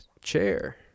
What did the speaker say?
chair